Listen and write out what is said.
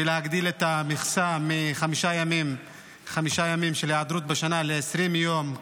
ולהגדיל את המכסה מחמישה ימים של היעדרות בשנה ל-20 יום.